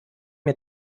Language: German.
mir